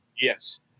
Yes